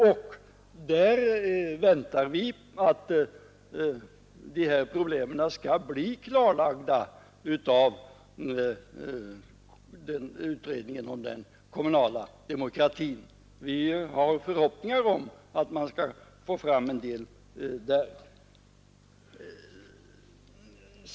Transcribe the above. Vi väntar att sådana problem skall bli klarlagda av utredningen om den kommunala demokratin. Vi har förhoppningar om att man skall få fram en del därvidlag.